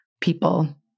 people